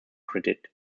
credit